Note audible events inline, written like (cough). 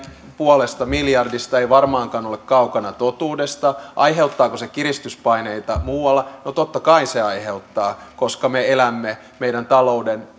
puolesta miljardista ei varmaankaan ole kaukana totuudesta aiheuttaako se kiristyspaineita muualla no totta kai se aiheuttaa koska me elämme meidän talouden (unintelligible)